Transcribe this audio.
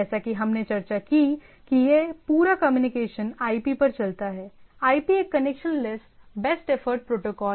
जैसा कि हमने चर्चा की कि यह पूरा कम्युनिकेशन आईपी पर चलता हैआईपी एक कनेक्शन लेसबेस्ट एफर्ट प्रोटोकॉल है